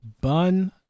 Bun